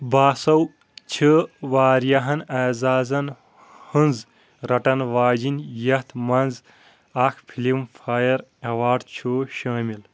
باسو چھِ واریاہَن اعزازَن ہنٛز رٹان واجینۍ یتھ منٛز اکھ فلم فایر ایواٰڑ چھُ شٲمِل